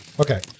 Okay